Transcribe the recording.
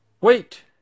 Wait